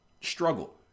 struggle